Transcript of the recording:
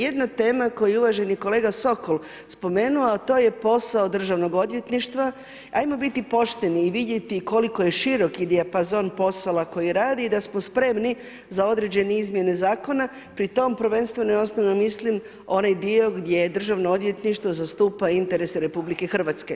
Jedna tema koju uvaženi kolega Sokol spomenuo, a to je posao državnog odvjetništva ajmo biti pošteni i vidjeti koliko je široki dijapazon posla koji radi i da smo spremni za određene izmjene zakona, pri tom prvenstveno i osnovno mislim onaj dio gdje državno odvjetništvo zastupa interes RH.